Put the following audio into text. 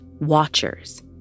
watchers